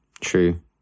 true